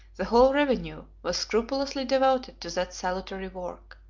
the whole revenue was scrupulously devoted to that salutary work.